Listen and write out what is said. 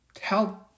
help